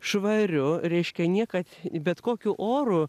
švariu reiškia niekad bet kokiu oru